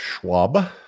Schwab